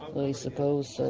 i suppose so.